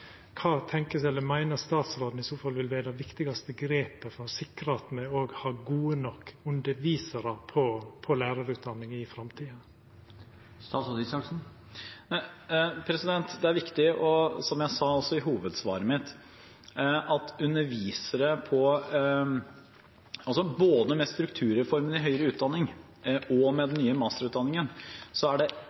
Kva tenkjer eller meiner statsråden i så fall vil vera det viktigaste grepet for å sikra at me òg har gode nok undervisarar på lærarutdanninga i framtida? Som jeg også sa i hovedsvaret mitt: Det er viktig å understreke at både med strukturreformen i høyere utdanning og med den nye masterutdanningen er undervisere på lærerutdanningen ikke bare spesialister med f.eks. en doktorgrad i pedagogikk. Det